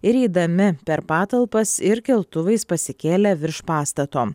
ir įeidami per patalpas ir keltuvais pasikėlę virš pastato